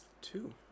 Two